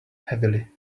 heavily